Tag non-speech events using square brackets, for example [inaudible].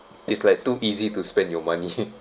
it's like too easy to spend your money [laughs]